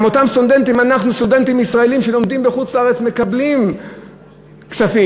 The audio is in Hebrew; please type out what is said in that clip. גם אותם סטודנטים ישראלים שלומדים בחוץ-לארץ מקבלים כספים,